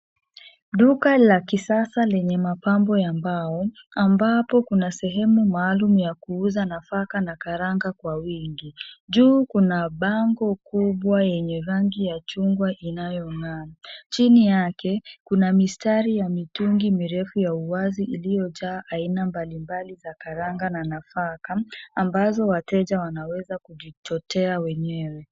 Duka la kisasa lenye mapambo ya mbao, ambapo kuna sehemu maalum ya kuuza nafaka na karanga kwa wingi. Juu kuna bango kubwa yenye rangi ya chungwa inayong'aa. Chini yake kuna mistari ya mitungi mirefu ya uwazi iliyojaa aina mbalimbali za karanga na nafaka ambazo wateja wanaweza kujichotea wenyewe.